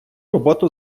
роботу